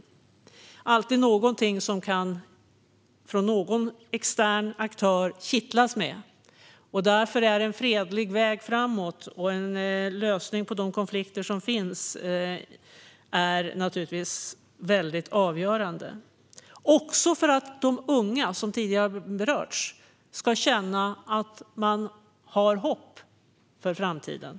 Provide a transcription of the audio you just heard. Det finns alltid något som någon extern aktör kan kittlas med. Därför är en fredlig väg framåt och en lösning på de konflikter som finns naturligtvis väldigt avgörande - också för att de unga, som tidigare har berörts, ska känna att de har hopp för framtiden.